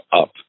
up